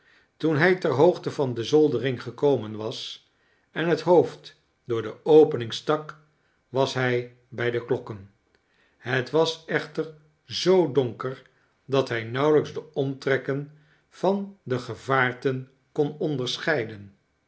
toen hij ter hoogte van de zoldering gekomem was en het hoofd door de opening stak was hij bij de klokken het was echter zoo donker dat hij nauwelijks de omtrekken van de gevaarten kon onderscheiden